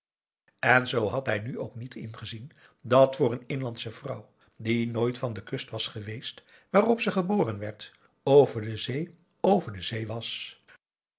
en zoo had hij nu ook niet ingezien dat voor een inlandsche vrouw die nooit van de kust was geweest waarop ze geboren werd over de zee over de zee was